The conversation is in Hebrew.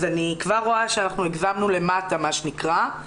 אז אני כבר רואה שאנחנו --- למטה, מה שנקרא.